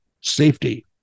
safety